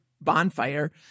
bonfire